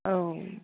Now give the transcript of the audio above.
औ